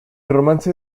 romance